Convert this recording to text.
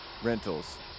Rentals